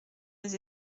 des